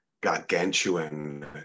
gargantuan